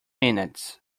minutes